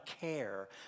care